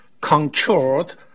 controlled